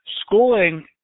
schooling